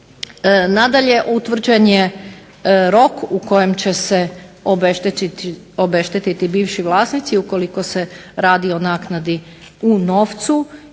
Nadalje, utvrđen je rok u kojem će se obeštetiti bivši vlasnici ukoliko se radi o naknadi u novcu